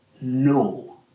no